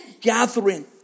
gathering